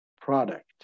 product